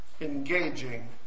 engaging